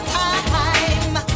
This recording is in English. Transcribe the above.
time